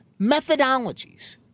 methodologies